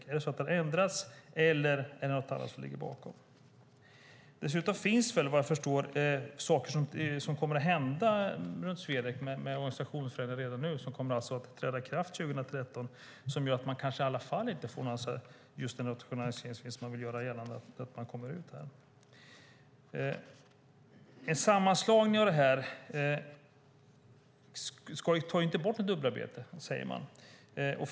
Har det ändrats eller är det något annat som ligger bakom? Dessutom sker det redan nu organisationsändringar på Swedec som kommer att träda i kraft 2013, vilket gör att man kanske ändå inte får den rationaliseringsvinst man vill göra gällande ska komma ut av detta. En sammanslagning tar inte bort något dubbelarbete, säger man.